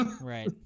Right